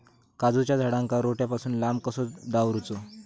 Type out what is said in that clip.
काजूच्या झाडांका रोट्या पासून लांब कसो दवरूचो?